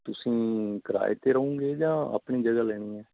ਤੁਸੀਂ ਕਿਰਾਏ 'ਤੇ ਰਹੋਗੇ ਜਾਂ ਆਪਣੀ ਜਗ੍ਹਾ ਲੈਣੀ